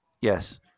Yes